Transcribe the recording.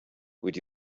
would